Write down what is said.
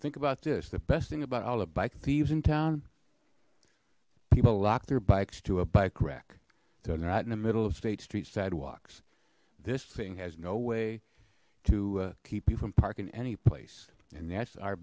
think about this the best thing about all the bike thieves in town people lock their bikes to a bike rack so they're not in the middle of state street sidewalks this thing has no way to keep you from parking anyplace and that's our